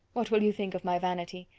what will you think of my vanity?